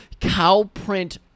Cowprint